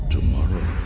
Tomorrow